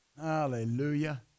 Hallelujah